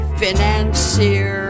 financier